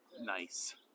nice